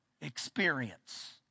experience